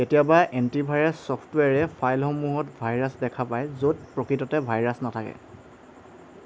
কেতিয়াবা এণ্টিভাইৰাছ ছফ্টৱেৰে ফাইলসমূহত ভাইৰাছ দেখা পায় য'ত প্ৰকৃততে ভাইৰাছ নাথাকে